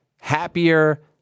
happier